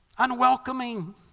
unwelcoming